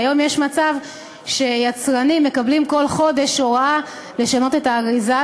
היום יש מצב שיצרנים מקבלים כל חודש הוראה לשנות את האריזה,